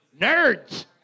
Nerds